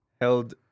held